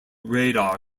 radar